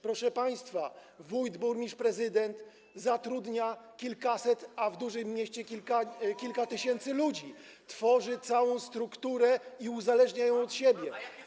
Proszę państwa, wójt, burmistrz czy prezydent zatrudnia kilkaset, a w dużym mieście kilka tysięcy ludzi, tworzy całą strukturę i uzależnia ją od siebie.